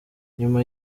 nyuma